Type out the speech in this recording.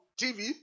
TV